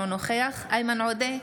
אינו נוכח איימן עודה,